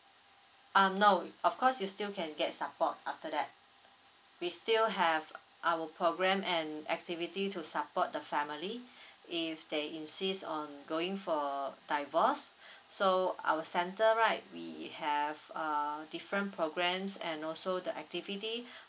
um no of course you still can get support after that we still have our program and activity to support the family if they insist on going for divorce so our center right we have uh different programs and also the activity